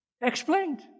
Explained